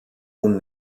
und